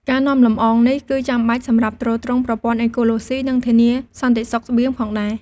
ការនាំលម្អងនេះគឺចាំបាច់សម្រាប់ទ្រទ្រង់ប្រព័ន្ធអេកូឡូស៊ី និងធានាសន្តិសុខស្បៀងផងដែរ។